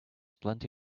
plenty